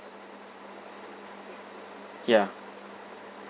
ya